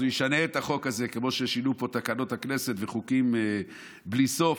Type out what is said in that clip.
אז הוא ישנה את החוק הזה כמו ששינו פה את תקנות הכנסת וחוקים בלי סוף.